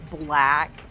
black